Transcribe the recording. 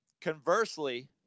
conversely